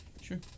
Sure